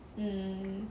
mm